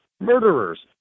murderers